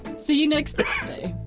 see you next thursday.